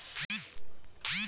पटुआक उपयोग बोरा बनेबामे होए छै